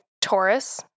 Taurus